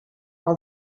all